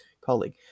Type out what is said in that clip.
colleague